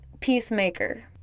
peacemaker